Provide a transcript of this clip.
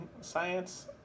science